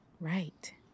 right